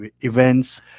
events